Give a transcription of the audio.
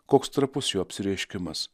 koks trapus jo apsireiškimas